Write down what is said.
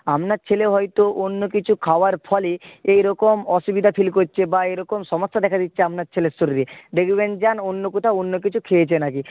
আপনার ছেলে হয়তো অন্য কিছু খাওয়ার ফলে এইরকম অসুবিধা ফিল করছে বা এইরকম সমস্যা দেখা দিচ্ছে আপনার ছেলের শরীরে দেখবেন যান অন্য কোথাও অন্য কিছু খেয়েছে না কি